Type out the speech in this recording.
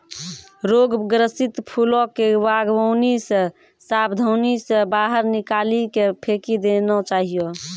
रोग ग्रसित फूलो के वागवानी से साबधानी से बाहर निकाली के फेकी देना चाहियो